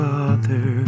Father